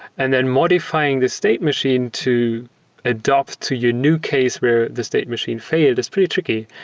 and then modifying the state machine to adapt to your new case where the state machine failed is pretty tricky,